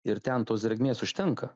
ir ten tos drėgmės užtenka